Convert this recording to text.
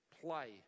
play